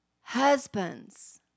Husbands